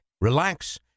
relax